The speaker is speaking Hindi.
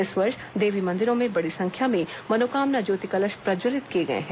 इस वर्ष देवी मंदिरों में बड़ी संख्या में मनोकामना ज्योति कलश प्रज्जवलित किए गए हैं